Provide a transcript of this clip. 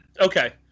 okay